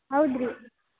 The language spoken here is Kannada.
ಹೌದ್ರಿ